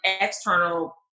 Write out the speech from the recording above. external